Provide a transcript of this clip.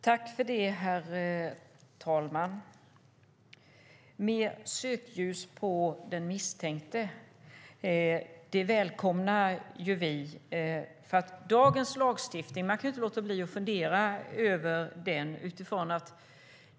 Herr talman! Mer sökljus på den misstänkte - det välkomnar vi. Man kan ändå inte låta bli att fundera över dagens lagstiftning.